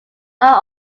are